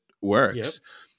works